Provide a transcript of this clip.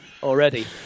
already